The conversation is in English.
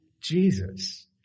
Jesus